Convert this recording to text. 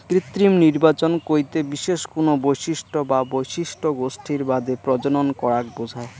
কৃত্রিম নির্বাচন কইতে বিশেষ কুনো বৈশিষ্ট্য বা বৈশিষ্ট্য গোষ্ঠীর বাদে প্রজনন করাক বুঝায়